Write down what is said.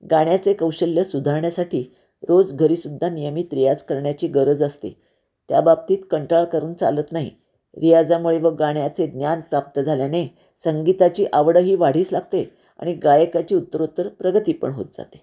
गाण्याचे कौशल्य सुधारण्यासाठी रोज घरीसुद्धा नियमित रियाज करण्याची गरज असते त्याबाबतीत कंटाळा करून चालत नाही रियाजामुळे व गाण्याचे ज्ञान प्राप्त झाल्याने संगीताची आवडही वाढीस लागते आणि गायकाची उत्तररोत्तर प्रगती पण होत जाते